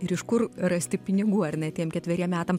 ir iš kur rasti pinigų ar ne tiem ketveriem metam